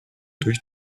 durch